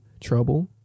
Trouble